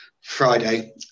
friday